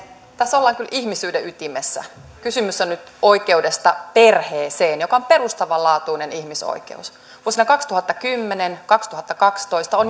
tässä ollaan kyllä ihmisyyden ytimessä kysymys on nyt oikeudesta perheeseen joka on perustavanlaatuinen ihmisoikeus vuosina kaksituhattakymmenen viiva kaksituhattakaksitoista on